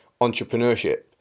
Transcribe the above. entrepreneurship